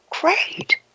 great